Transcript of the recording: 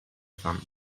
fam